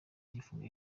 igifungo